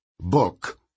book